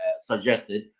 suggested